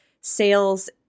sales